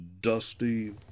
dusty